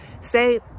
Say